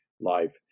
life